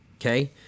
okay